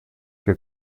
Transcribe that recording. que